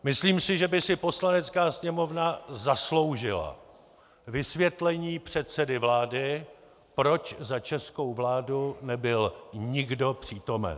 Myslím si, že by si Poslanecká sněmovna zasloužila vysvětlení předsedy vlády, proč na českou vládu nebyl nikdo přítomen.